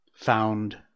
found